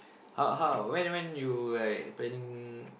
how how when when you like planning